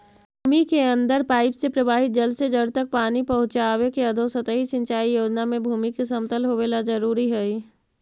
भूमि के अंदर पाइप से प्रवाहित जल से जड़ तक पानी पहुँचावे के अधोसतही सिंचाई योजना में भूमि के समतल होवेला जरूरी हइ